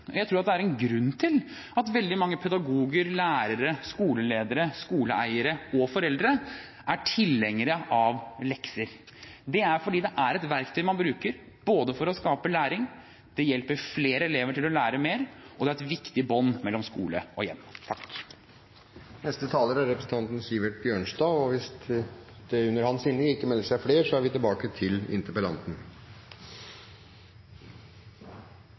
pålagt. Jeg tror at det er en grunn til at veldig mange pedagoger, lærere, skoleledere, skoleeiere og foreldre er tilhengere av lekser. Det er at det er et verktøy man bruker for å skape læring – det hjelper flere elever til å lære mer – og det er et viktig bånd mellom skole og hjem. Representanten Knag Fylkesnes berører et viktig område i sin interpellasjon. Fremskrittspartiet mener ikke at det finnes noen enkel løsning på disse utfordringene. Det er ikke